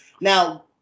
now